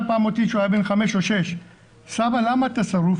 כשהוא היה בן חמש או שש הוא שאל אותי 'סבא למה אתה שרוף